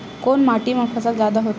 कोन माटी मा फसल जादा होथे?